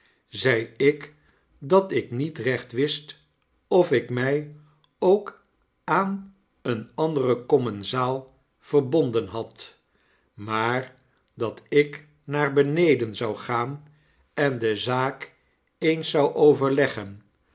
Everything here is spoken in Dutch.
zei ik dat ik niet recht wist of ik my ook aan een anderen commensaal verbonden had maar dat ik naar beneden zou gaan en de zaak eens zou overleggen